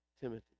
Timothy